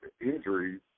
injuries